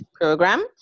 Program